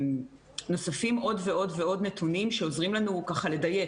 נוספים עוד ועוד נתונים שעוזרים לנו לדייק.